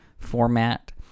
format